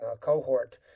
cohort